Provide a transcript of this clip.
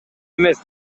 эмес